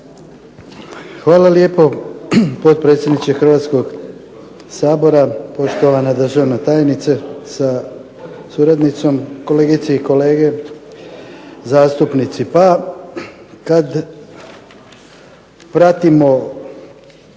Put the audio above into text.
Hvala lijepo potpredsjedniče Hrvatskog sabora, poštovana državna tajnice sa suradnicom, kolegice i kolege zastupnici.